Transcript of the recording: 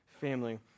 family